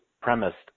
premised